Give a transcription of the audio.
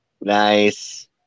Nice